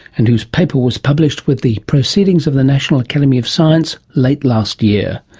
and whose paper was published with the proceedings of the national academy of science late last year.